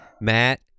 Matt